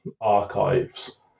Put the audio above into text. archives